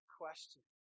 question